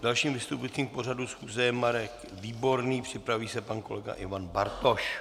Dalším vystupujícím k pořadu schůze je Marek Výborný, připraví se pan kolega Ivan Bartoš.